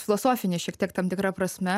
filosofinis šiek tiek tam tikra prasme